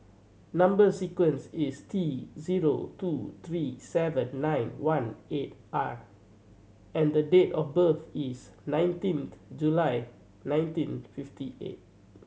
number sequence is T zero two three seven nine one eight R and the date of birth is nineteenth July nineteen fifty eight